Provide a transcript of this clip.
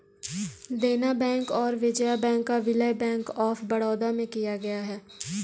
देना बैंक और विजया बैंक का विलय बैंक ऑफ बड़ौदा में किया गया है